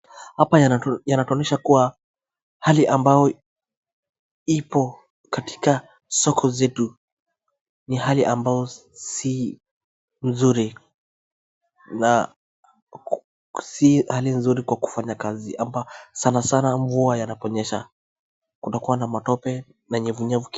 Hapa yanatuonyesha kuwa, hali ambayo ipo katika soko zetu, ni hali ambayo si nzuri, na si hali nzuri kwa kufanya kazi sana sana mvua anaponyesha, kutakua na matope na nyefunyefu.